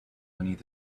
beneath